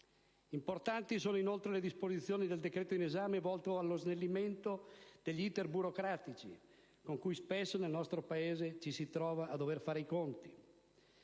Inoltre, sono importanti le disposizioni del decreto in esame volte allo snellimento degli *iter* burocratici con cui spesso nel nostro Paese ci si trova a dover fare i conti.